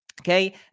okay